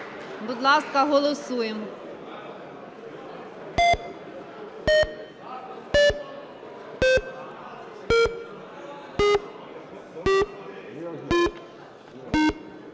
Будь ласка, голосуємо.